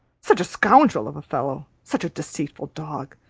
such a scoundrel of a fellow! such a deceitful dog!